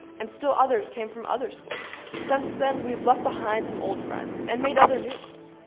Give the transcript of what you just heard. and still others came from other schools. since then we've left behind some old friends and made other new ones.